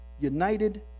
united